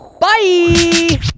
Bye